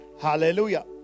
Hallelujah